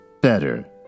better